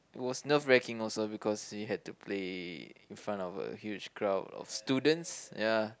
was nerve wreaking also because we had to play in front of a huge crowd of students ya